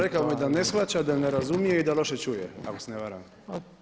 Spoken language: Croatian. Rekao mu je da ne shvaća, da ne razumije i da loše čuje ako se ne varam.